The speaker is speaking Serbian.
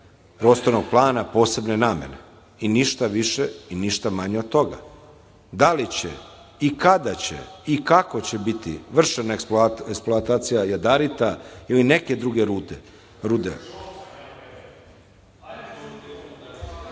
Prostornog plana posebne namene i niša više i ništa manje od toga. Da li će i kada će i kako će biti vršena eksploatacija jadarita ili neke druge rude…(Aleksandar